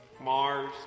Mars